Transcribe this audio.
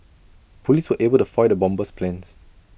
Police were able to foil the bomber's plans